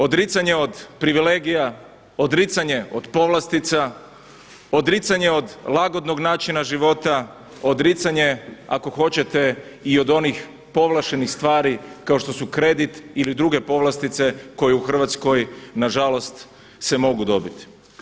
Odricanje od privilegija, odricanje od povlastica, odricanje od lagodnog načina života, odricanje ako hoćete i od onih povlaštenih stvari kao što su kredit ili druge povlastice koje u Hrvatskoj na žalost se mogu dobiti.